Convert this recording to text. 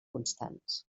constants